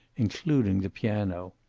including the piano.